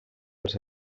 els